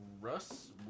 Russ